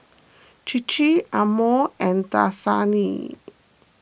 Chir Chir Amore and Dasani